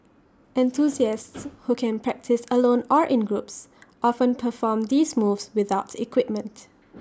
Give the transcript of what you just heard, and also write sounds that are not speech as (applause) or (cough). enthusiasts (noise) who can practise alone or in groups often perform these moves without equipment